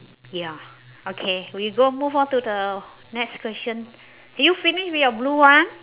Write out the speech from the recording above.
ya okay we go move on to the next question are you finished with your blue one